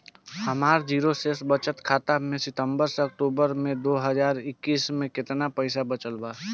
हमार जीरो शेष बचत खाता में सितंबर से अक्तूबर में दो हज़ार इक्कीस में केतना पइसा बचल बा?